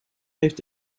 heeft